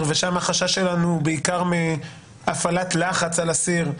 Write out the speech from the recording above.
ושם החשש שלנו הוא בעיקר מהפעלת לחץ על אסיר,